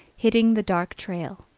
hitting the dark trail